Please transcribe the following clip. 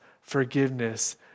forgiveness